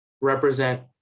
represent